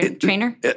Trainer